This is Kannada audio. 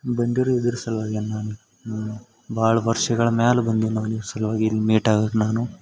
ಬಂದಿರು ಇದ್ರೆ ಸಲ್ವಾಗೆ ನಾನು ಭಾಳ ವರ್ಷಗಳ ಮ್ಯಾಲ ಬಂದೀನಿ ನಾನು ಸಲುವಾಗಿ ಇಲ್ಲಿ ಮೀಟ್ ಆಗಕ್ಕೆ ನಾನು